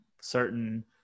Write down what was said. certain